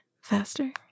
Faster